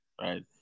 right